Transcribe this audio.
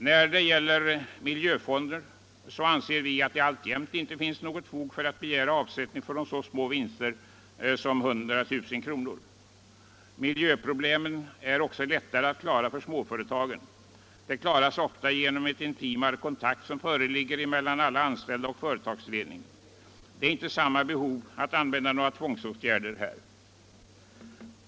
När det gäller miljöfonder anser vi att det alltjämt icke finns fog för att begära avsättning från så små vinster som 100 000 kr. Miljöproblemen är också lättare att lösa för småföretagen. De klaras ofta genom den intimare kontakt som föreligger mellan alla anställda och företagsledning. Det föreligger inte samma behov att använda tvångsåtgärder för denna kategori av företag.